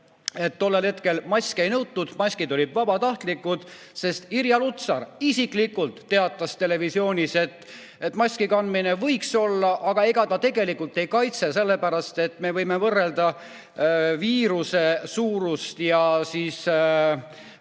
tollel hetkel maske ei nõutud. Maskid olid vabatahtlikud. Irja Lutsar isiklikult teatas televisioonis, et mask võiks olla, aga ega ta tegelikult ei kaitse, sellepärast et me võime võrrelda viirus[osakese] suurust ja maski